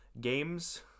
games